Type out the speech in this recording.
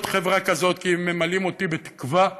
להיות חברה כזאת, כי הם ממלאים אותי בתקווה,